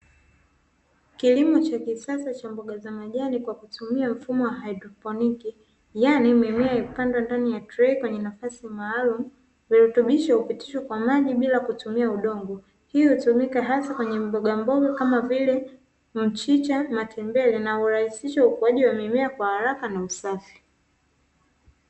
Kilimo cha kisasa cha mboga za majani kwa kutumia mfumo wa haidroponiki, yani mimea imepandwa ndani ya tray yenye nafasi maalumu, virutubisho hupitishwa kwa maji bila kutumia udongo, hii hutumika hasa kwenye mbogamboga kama vile: mchicha, matembele, na hurahisisha ukuaji wa mimea kwa haraka na usafi.